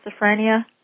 schizophrenia